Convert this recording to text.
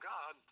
God